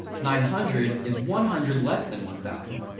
nine hundred is one hundred less than one thousand,